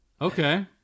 Okay